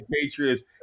Patriots